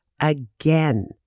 again